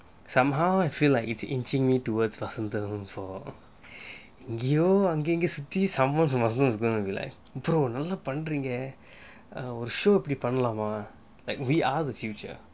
somehow I feel like it's inching me towards vasantham for அங்கங்கையோ சுத்தி:angangaiyo suthi is gonna rely brother நல்லா பன்றீங்க ஒரு:nalla pandringa oru show இப்படி பண்லாமா:ippadi panlaamaa like we are the future